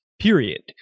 Period